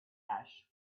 ash